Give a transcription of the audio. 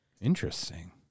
Interesting